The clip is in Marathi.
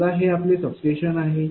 समजा हे आपले सबस्टेशन आहे